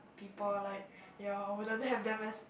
people like ya I wouldn't have them as